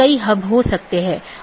BGP एक बाहरी gateway protocol है